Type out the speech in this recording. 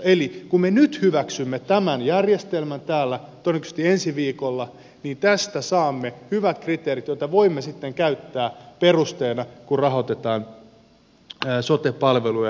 eli kun me nyt hyväksymme tämän järjestelmän täällä todennäköisesti ensi viikolla niin tästä saamme hyvät kriteerit joita voimme sitten käyttää perusteena kun rahoitetaan sote palveluja